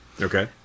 okay